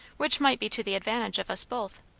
which might be to the advantage of us both.